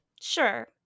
sure